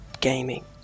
gaming